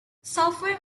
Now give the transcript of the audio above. software